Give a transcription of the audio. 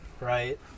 right